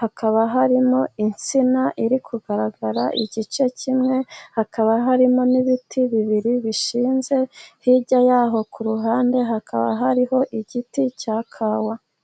hakaba harimo insina iri kugaragara igice kimwe, hakaba harimo n'ibiti bibiri bishinze. Hirya yaho ku ruhande hakaba hariho igiti cya kawa.